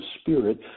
Spirit